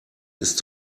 ist